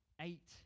eight